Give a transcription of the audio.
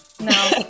No